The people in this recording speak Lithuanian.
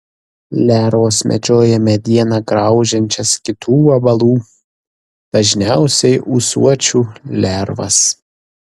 lervos medžioja medieną graužiančias kitų vabalų dažniausiai ūsuočių lervas